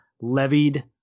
levied